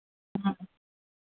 ம்